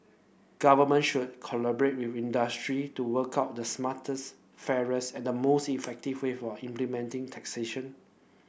governments should collaborate with industry to work out the smartest fairest and most effective way of implementing taxation